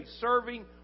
serving